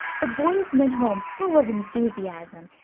the boys went home full of enthusiasm,